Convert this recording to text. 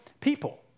people